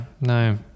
no